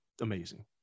amazing